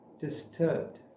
disturbed